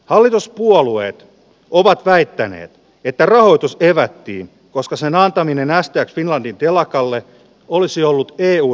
hallituspuolueet ovat väittäneet että rahoitus pelättiin koska sen antaminen asteet finlandin telakalle olisi ollut eu